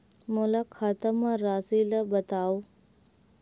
मोर खाता म राशि ल बताओ?